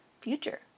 future